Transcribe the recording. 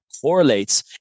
correlates